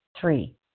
Three